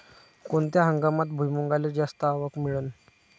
कोनत्या हंगामात भुईमुंगाले जास्त आवक मिळन?